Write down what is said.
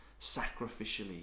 sacrificially